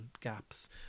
gaps